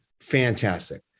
Fantastic